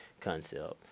concept